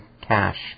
cash